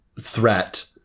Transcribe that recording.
threat